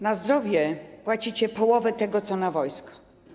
Na zdrowie płacicie połowę tego, co na wojsko.